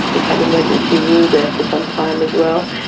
you've had emergency rule there for some time as well,